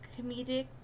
Comedic